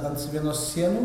ant vienos sienų